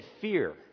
fear